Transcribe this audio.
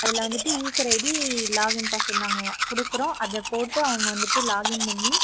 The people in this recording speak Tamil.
அதில் வந்துட்டு யூசர் ஐடி லாகின் பாஸ்வேர்ட் நாங்கள் கொடுக்குறோம் அதை போட்டு அவங்க வந்துட்டு லாகின் பண்ணி